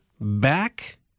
back